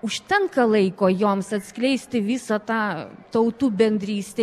užtenka laiko joms atskleisti visą tą tautų bendrystę